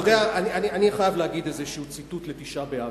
אתה יודע, אני חייב להגיד איזשהו ציטוט לתשעה באב: